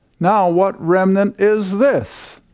now what remnant is this?